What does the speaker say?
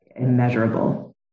immeasurable